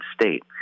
state